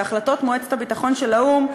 בהחלטות מועצת הביטחון של האו"ם,